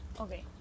okay